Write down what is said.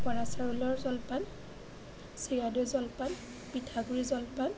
বৰা চাউলৰ জলপান চিৰা দৈ জলপান পিঠাগুড়ি জলপান